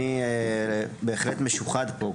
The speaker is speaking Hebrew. אני בהחלט משוחד פה,